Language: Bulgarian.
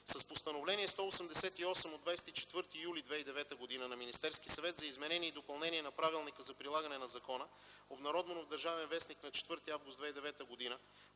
С Постановление № 188 от 24 юли 2009 г. на Министерския съвет за изменение и допълнение на Правилника за прилагане на закона, обнародвано в “Държавен вестник” на 4 август 2009 г.,